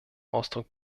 ausdruck